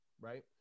right